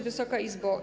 Wysoka Izbo!